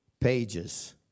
pages